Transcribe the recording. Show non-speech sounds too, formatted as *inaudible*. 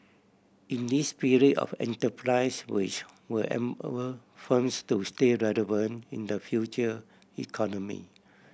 in this spirit of enterprise which will *unintelligible* firms to stay relevant in the future economy